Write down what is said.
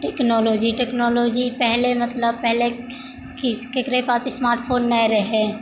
technology technology पहिले मतलब पहिले ककरो पास स्मार्ट फोन नहि रहै